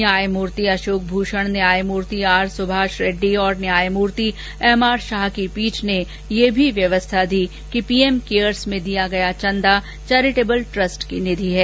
न्यायमूर्ति अशोक भूषण न्यायमूर्ति आर सुभाष रेड्डी और न्यायमूर्ति एम आर शाह की पीठ ने यह भी व्यवस्था दी कि पीएम केयर्स में दिया गया चेदा चैरिटेबल ट्रस्ट की निधि है